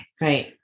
Right